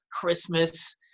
Christmas